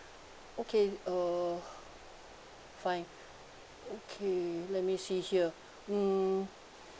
okay uh fine okay let me see here hmm